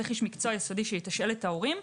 צריך איש מקצוע יסודי שיתשאל את ההורים.